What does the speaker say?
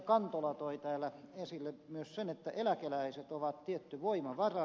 kantola toi täällä esille myös sen että eläkeläiset ovat tietty voimavara